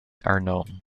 known